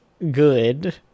good